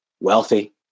wealthy